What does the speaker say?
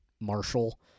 Marshall